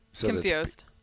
Confused